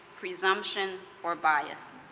presumption, or bias.